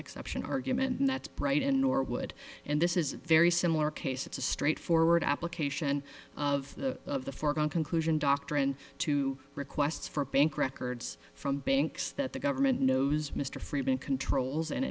exception argument and that's right in norwood and this is very similar case it's a straightforward application of the of the foregone conclusion doctrine to requests for bank records from banks that the government knows mr friedman controls and